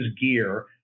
gear